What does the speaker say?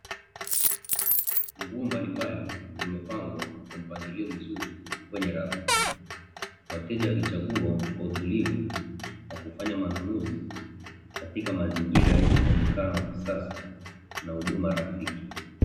Nguo mbalimbali zimepangwa kwa mpangilio mzuri kwenye rafu, wateja wakichagua kwa utulivu na kufanya manunuzi katika mazingira yenye muonekano wa kisasa na huduma rafiki.